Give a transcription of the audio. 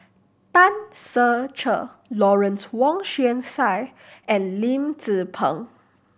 Tan Ser Cher Lawrence Wong Shyun Tsai and Lim Tze Peng